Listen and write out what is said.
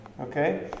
Okay